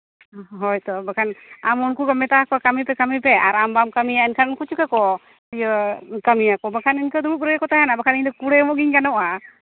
ᱦᱳᱭ ᱛᱚ ᱵᱟᱠᱷᱟᱱ ᱟᱢ ᱩᱱᱠᱩ ᱫᱚᱢ ᱢᱮᱛᱟᱣᱟᱠᱚᱣᱟ ᱠᱟᱹᱢᱤ ᱯᱮᱼᱠᱟᱹᱢᱤ ᱯᱮ ᱟᱨ ᱟᱢ ᱵᱟᱢ ᱠᱟᱹᱢᱤᱭᱟ ᱵᱟᱠᱷᱟᱱ ᱩᱱᱠᱩ ᱪᱤᱠᱟᱹ ᱠᱚ ᱤᱭᱟᱹ ᱠᱟᱹᱢᱤᱭᱟᱠᱚ ᱵᱟᱠᱷᱟᱱ ᱤᱱᱠᱟᱹ ᱫᱩᱲᱩᱵᱽ ᱨᱮᱜᱮ ᱠᱚ ᱛᱟᱦᱮᱱᱟ ᱵᱟᱠᱷᱟᱱ ᱤᱧ ᱫᱚ ᱠᱩᱲᱟᱹᱭ ᱮᱢᱚᱜ ᱜᱤᱧ ᱜᱟᱱᱚᱜᱼᱟ